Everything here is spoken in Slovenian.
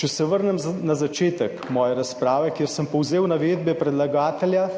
Če se vrnem na začetek svoje razprave, kjer sem povzel navedbe predlagatelja,